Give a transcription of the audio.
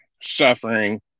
suffering